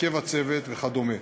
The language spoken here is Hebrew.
הרכב הצוות וכדומה.